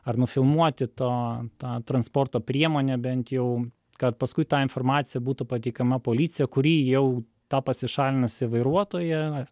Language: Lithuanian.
ar nufilmuoti to tą transporto priemonę bent jau kad paskui ta informacija būtų pateikiama policija kuri jau tą pasišalinusį vairuotoją